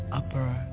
upper